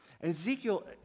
Ezekiel